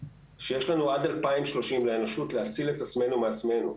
שיש לאנושות עד 2030 להציל את עצמנו מעצמנו,